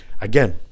again